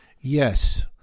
yes